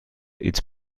its